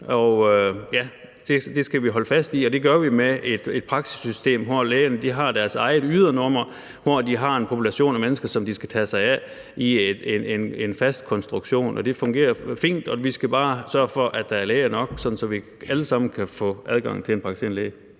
Det skal vi holde fast i, og det gør vi med et praksissystem, hvor lægerne har deres eget ydernummer, hvor de har en population af mennesker, som de skal tage sig af i en fast konstruktion, og det fungerer fint. Vi skal bare sørge for, at der er læger nok, sådan at vi alle sammen kan få adgang til en praktiserende læge.